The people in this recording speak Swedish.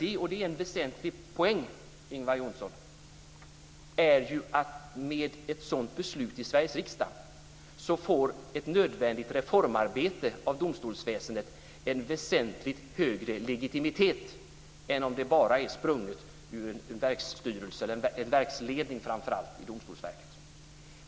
En väsentlig poäng, Ingvar Johnsson, är ju att med ett sådant beslut i Sveriges riksdag får ett nödvändigt arbete med reformering av domstolsväsendet en väsentligt högre legitimitet än om det bara är sprunget ur ledningen för Domstolsverket.